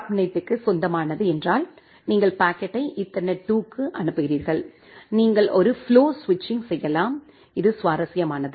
சப்நெட்டுக்கு சொந்தமானது என்றால் குறிப்பு நேரம் 2622 நீங்கள் பாக்கெட்டை ஈதர்நெட்2க்கு அனுப்புகிறீர்கள் நீங்கள் ஒரு ஃப்ளோ ஸ்விட்சிங் செய்யலாம் இது சுவாரஸ்யமானது